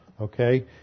okay